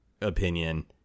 opinion